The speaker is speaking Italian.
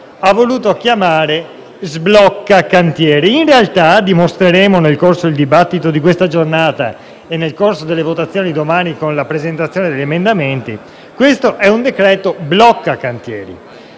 ha voluto chiamare sblocca cantieri. In realtà, dimostreremo nel corso del dibattito di questa giornata e delle votazioni di domani con la presentazione degli emendamenti che questo è un decreto blocca cantieri.